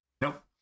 Nope